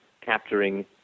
capturing